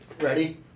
Ready